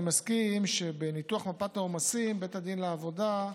אני מסכים שבניתוח מפת העומסים בית הדין לעבודה,